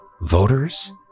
voters